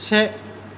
से